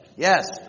Yes